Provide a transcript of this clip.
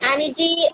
आणि जी